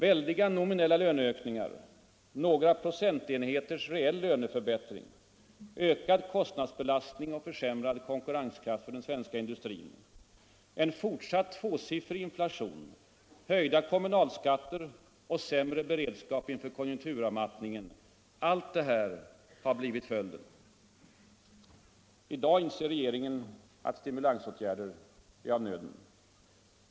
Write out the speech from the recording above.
Väldiga nominella löneökningar, några procentenheters reell löneförbättring, ökad kostnadsbelastning och försämrad konkurrenskraft för den svenska industrin, en fortsatt tvåsiffrig inflation, höjda kommunalskatter och sämre beredskap inför konjunkturavmattningen, allt detta har blivit följden. I dag inser regeringen att stimulansåtgärder är av nöden.